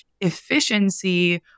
efficiency